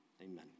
Amen